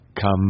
come